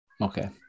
Okay